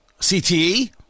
CTE